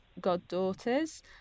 goddaughters